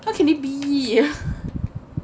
how can it be